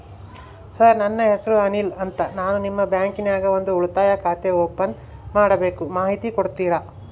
Sir ನನ್ನ ಹೆಸರು ಅನಿಲ್ ಅಂತ ನಾನು ನಿಮ್ಮ ಬ್ಯಾಂಕಿನ್ಯಾಗ ಒಂದು ಉಳಿತಾಯ ಖಾತೆ ಓಪನ್ ಮಾಡಬೇಕು ಮಾಹಿತಿ ಕೊಡ್ತೇರಾ?